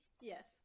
yes